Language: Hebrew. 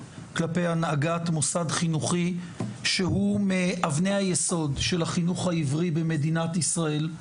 כלפי הנהגת מוסד חינוכי שהוא מאבני היסוד של החינוך העברי במדינת ישראל,